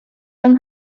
yng